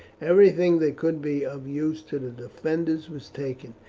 everything that could be of use to the defenders was taken,